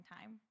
time